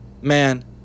Man